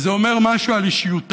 וזה אומר משהו על אישיותם.